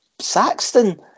Saxton